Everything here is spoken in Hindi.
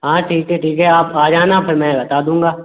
हाँ ठीक है ठीक है आप आ जाना फिर मैं बता दूँगा